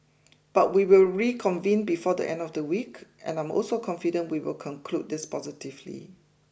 but we will reconvene before the end of the week and I'm also confident we will conclude this positively